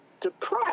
depressed